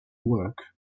work